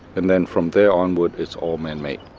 and then from there onward it's all manmade.